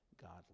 godly